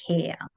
care